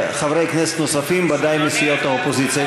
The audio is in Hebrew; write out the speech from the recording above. חברי כנסת נוספים, ודאי מסיעות האופוזיציה.